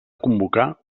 convocar